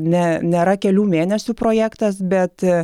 ne nėra kelių mėnesių projektas bet